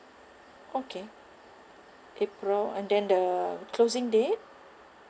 okay april and then the closing date